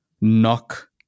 knock